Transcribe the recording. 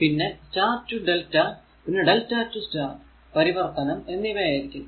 പിന്നെ star to delta പിന്നെ delta to star പരിവർത്തനം എന്നിവ ആയിരിക്കും